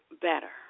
better